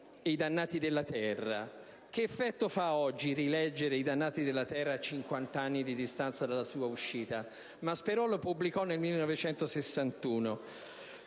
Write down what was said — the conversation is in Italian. e «I dannati della terra». Che effetto fa oggi rileggere «I dannati della terra», a cinquant'anni di distanza dalla sua uscita? François Maspero lo pubblicò nel 1961.